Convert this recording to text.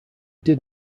did